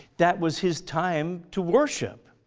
that was his time to worship.